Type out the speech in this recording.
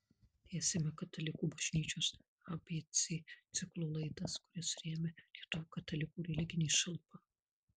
tęsiame katalikų bažnyčios abc ciklo laidas kurias remia lietuvių katalikų religinė šalpa